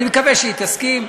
אני מקווה שהיא תסכים,